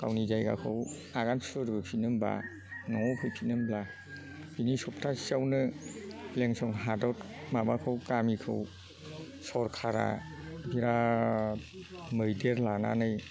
गावनि जायगाखौ आगान सुरबोफिनो होमबा न'आव फैफिनो होमब्ला बिनि सप्तासेआवनो लेंसुं हादर माबाखौ गामिखौ सरकारआ बिराथ मैदेर लानानै